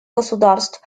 государств